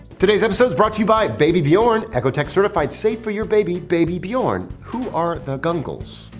today's episode is brought to you by babybjorn. oexo-tek certified, safe for your baby, babybjorn. who are the guncles?